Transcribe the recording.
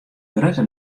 grutte